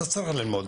אתה צריך ללמוד,